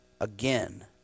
again